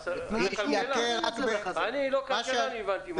אני לא כלכלן, הבנתי מה הוא אומר.